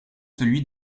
celui